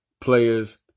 players